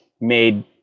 made